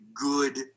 good